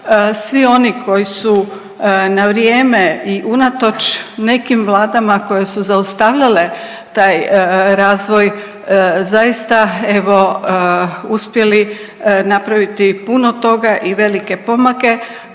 svi oni koji su na vrijeme i unatoč nekim Vladama koje su zaustavljale taj razvoj zaista evo uspjeli napraviti puno toga i velike pomake